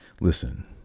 Listen